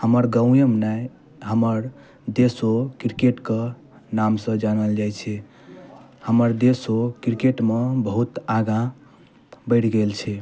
हमर गाँवेमे नहि हमर देशो क्रिकेट कऽ नामसँ जानल जाइत छै हमर देशो क्रिकेटमे बहुत आगाँ बढ़ि गेल छै